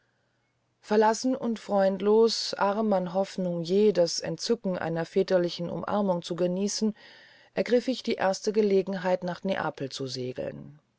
verlassen und freundlos arm an hofnung je das entzücken einer väterlichen umarmung zu genießen ergrif ich die erste gelegenheit nach neapel zu segeln